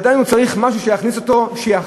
עדיין הוא צריך משהו שיכריח אותו.